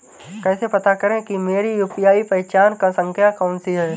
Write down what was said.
कैसे पता करें कि मेरी यू.पी.आई पहचान संख्या कौनसी है?